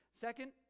second